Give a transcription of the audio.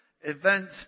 event